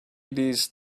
these